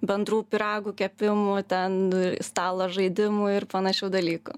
bendrų pyragų kepimų ten stalo žaidimų ir panašių dalykų